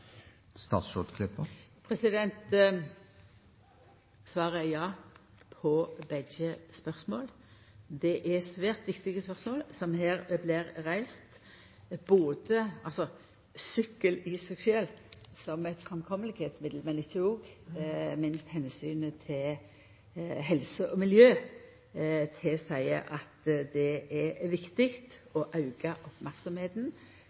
Svaret på begge spørsmåla er ja. Det er svært viktige spørsmål som her blir reiste. Sykkel i seg sjølv er eit godt framkomstmiddel, men ikkje minst omsynet til helse og miljø tilseier at det er viktig